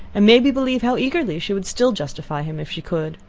and may believe how eagerly she would still justify him if she could.